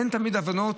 אין תמיד הבנות.